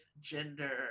gender